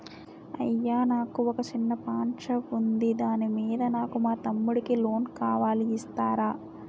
అయ్యా నాకు వొక చిన్న పాన్ షాప్ ఉంది దాని మీద నాకు మా తమ్ముడి కి లోన్ కావాలి ఇస్తారా?